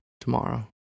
tomorrow